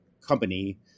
company